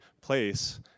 place